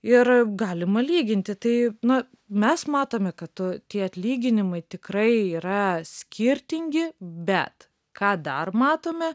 ir galima lyginti tai na mes matome kad tie atlyginimai tikrai yra skirtingi bet ką dar matome